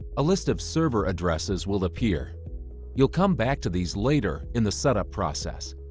a list of server addresses will appear you'll come back to these later in the setup process.